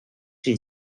two